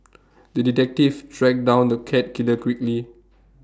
the detective tracked down the cat killer quickly